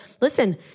listen